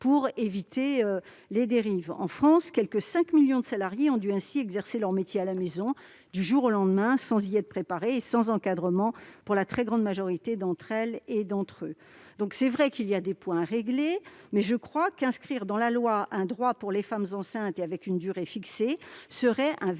pour éviter les dérives. En France, quelque 5 millions de salariés ont ainsi dû exercer leur métier à la maison du jour au lendemain, sans y être préparés et sans encadrement pour la très grande majorité d'entre elles et d'entre eux. Il est vrai que certains points doivent être réglés, mais je crois qu'inscrire dans la loi un droit pour les femmes enceintes et fixer une durée serait un véritable